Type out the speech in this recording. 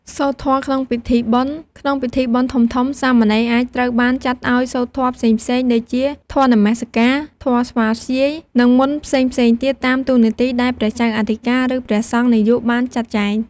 សូត្រធម៌ក្នុងពិធីបុណ្យ ក្នុងពិធីបុណ្យធំៗសាមណេរអាចត្រូវបានចាត់ឱ្យសូត្រធម៌ផ្សេងៗ ដូចជាធម៌នមស្ការ ធម៌ស្វាធ្យាយ និងមន្តផ្សេងៗទៀត តាមតួនាទីដែលព្រះចៅអធិការ ឬព្រះសង្ឃនាយកបានចាត់តាំង។